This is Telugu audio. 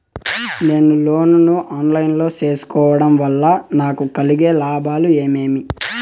నేను లోను ను ఆన్ లైను లో సేసుకోవడం వల్ల నాకు కలిగే లాభాలు ఏమేమీ?